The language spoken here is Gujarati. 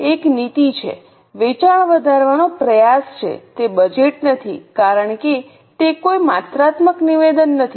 એક નીતિ છે વેચાણ વધારવાનો પ્રયાસ છે તે બજેટ નથી કારણ કે તે કોઈ માત્રાત્મક નિવેદન નથી